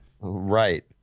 Right